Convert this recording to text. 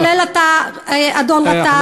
כולל אתה, אדון גטאס.